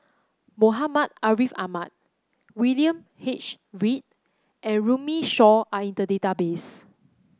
Muhammad Ariff Ahmad William H Read and Runme Shaw are in the database